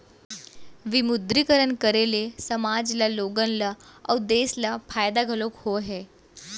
विमुद्रीकरन करे ले समाज ल लोगन ल अउ देस ल फायदा घलौ होय हे